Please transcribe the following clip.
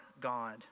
God